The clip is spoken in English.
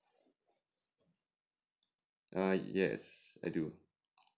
err yes I do